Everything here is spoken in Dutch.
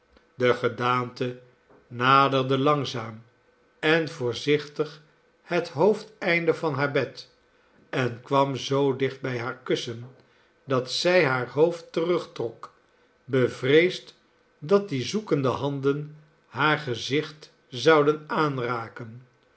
de gedaante naderde langzaam en voorzichtig het hoofdeinde van haar bed en kwam zoo dicht bij haar kussen dat zij haar hoofd terugtrok bevreesd dat die zoekende handen haar gezicht zouden aanraken